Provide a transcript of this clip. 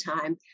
time